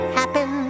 happen